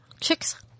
Chicks